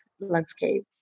landscape